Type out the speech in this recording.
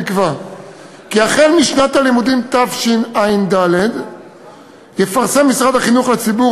נקבע כי החל משנת הלימודים תשע"ד יפרסם משרד החינוך לציבור